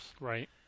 Right